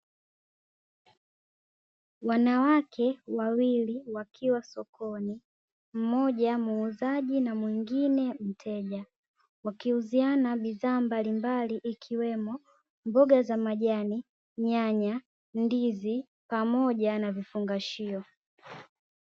Wanawake wawili wakiwa sokoni (mmoja muuzaji na mwingine mteja) wakiuziana bidhaa mbalimbali ikiwemo: mboga za majani, nyanya, ndizi pamoja na vifungashio.